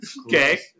Okay